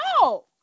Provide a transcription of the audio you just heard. no